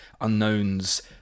unknowns